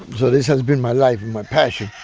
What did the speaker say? so this has been my life and my passion